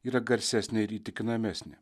yra garsesnė ir įtikinamesnė